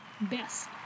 best